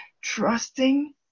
trusting